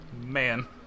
man